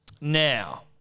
Now